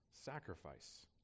sacrifice